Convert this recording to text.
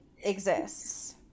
exists